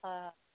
হয়ঁ